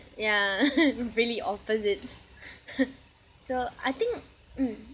yeah really opposites so I think mm